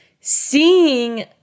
seeing